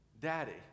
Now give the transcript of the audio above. daddy